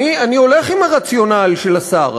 אני הולך עם הרציונל של השר,